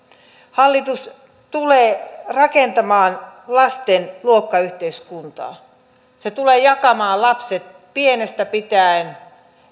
hallitus tulee rakentamaan lasten luokkayhteiskuntaa se tulee jakamaan lapset pienestä pitäen